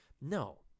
No